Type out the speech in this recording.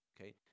Okay